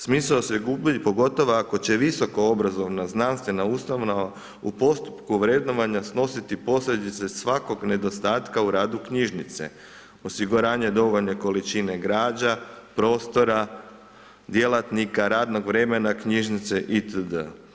Smisao se gubi pogotovo ako će visokoobrazovana znanstvena ustanova u postupku vrednovanja snositi posljedice svakog nedostataka u radu knjižnice, osiguranje dovoljne količine građa, prostora, djelatnika, radnog vremena knjižnice itd.